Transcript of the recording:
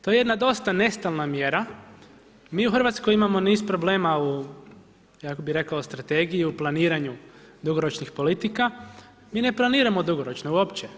To je jedna dosta nestalna mjera, mi u Hrvatskoj imamo niz problema … rekao u strategiji u planiranju dugoročnih politika, mi ne planiramo dugoročno uopće.